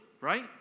right